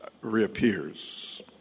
reappears